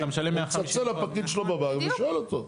הוא מצלצל לפקיד שלו בבנק ושואל אותו.